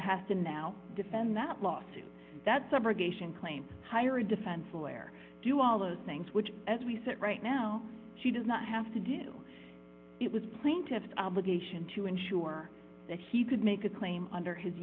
has to now defend that lawsuit that subrogation claim hire a defense lawyer do all those things which as we sit right now she does not have to do it with plaintiffs obligation to ensure that he could make a claim under his